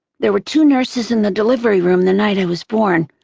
there were two nurses in the delivery room the night i was born.